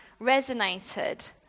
resonated